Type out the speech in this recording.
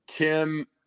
Tim